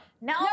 No